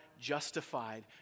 justified